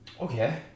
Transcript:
Okay